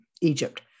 Egypt